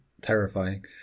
terrifying